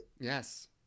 yes